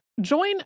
Join